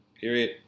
Period